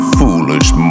foolish